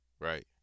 Right